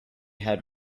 had